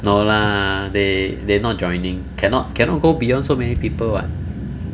no lah they they not joining cannot cannot go beyond so many people what